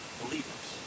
believers